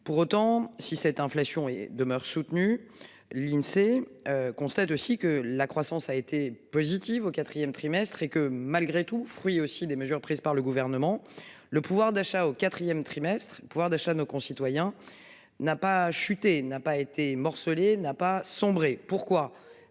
Pour autant, si cette inflation et demeure soutenu l'Insee constate aussi que la croissance a été positive au 4ème trimestre et que malgré tout, fruits aussi des mesures prises par le gouvernement, le pouvoir d'achat au 4ème trimestre. Pouvoir d'achat de nos concitoyens n'a pas chuté, n'a pas été morcelé, n'a pas sombré pourquoi